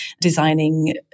designing